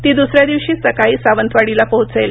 ती दुसऱ्या दिवशी सकाळी सावंतवाडीला पोहोचेल